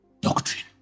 Doctrine